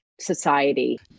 society